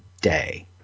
day